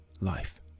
Life